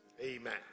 Amen